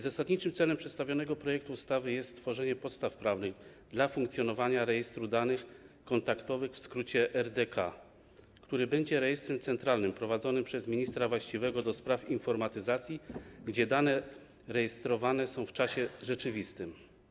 Zasadniczym celem przedstawionego projektu ustawy jest stworzenie podstaw prawnych dla funkcjonowania rejestru danych kontaktowych, w skrócie: RDK, który będzie rejestrem centralnym, prowadzonym przez ministra właściwego ds. informatyzacji, w którym dane rejestrowane są w czasie rzeczywistym.